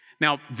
Now